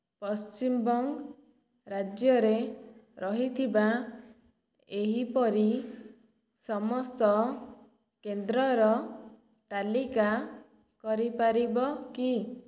ପଶ୍ଚିମବଙ୍ଗ ରାଜ୍ୟରେ ରହିଥିବା ଏହିପରି ସମସ୍ତ କେନ୍ଦ୍ରର ତାଲିକା କରିପାରିବ କି